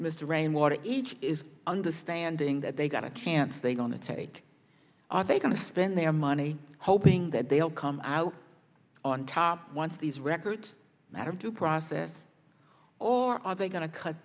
mr rainwater it is understanding that they got a chance they don't take are they going to spend their money hoping that they will come out on top once these records that have to process or are they going to cut